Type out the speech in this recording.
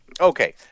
Okay